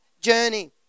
journey